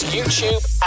YouTube